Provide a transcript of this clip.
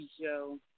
show